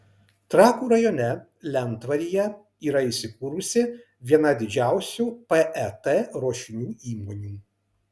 trakų rajone lentvaryje yra įsikūrusi viena didžiausių pet ruošinių įmonių